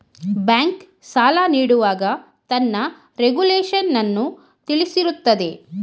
bank, ಸಾಲ ನೀಡುವಾಗ ತನ್ನ ರೆಗುಲೇಶನ್ನನ್ನು ತಿಳಿಸಿರುತ್ತದೆ